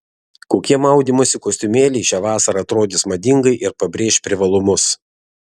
kokie maudymosi kostiumėliai šią vasarą atrodys madingai ir pabrėš privalumus